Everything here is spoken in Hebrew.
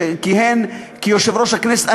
כשכיהן כיושב-ראש הכנסת,